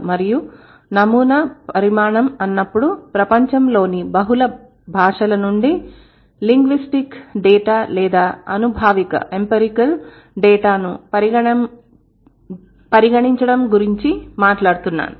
మరియు నమూనా పరిమాణం అన్నప్పుడు ప్రపంచంలోని బహుళ భాషల నుండి లింగ్విస్టిక్ డేటా లేదా అనుభావిక డేటాను పరిగణించడం గురించి మాట్లాడుతున్నాను